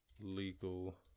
legal